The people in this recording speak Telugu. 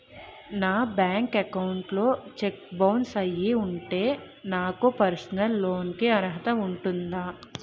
నా బ్యాంక్ అకౌంట్ లో చెక్ బౌన్స్ అయ్యి ఉంటే నాకు పర్సనల్ లోన్ కీ అర్హత ఉందా?